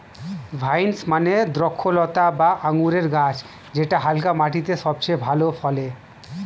vines মানে দ্রক্ষলতা বা আঙুরের গাছ যেটা হালকা মাটিতে সবচেয়ে ভালো ফলে